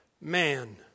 man